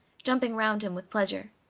jumping round him with pleasure.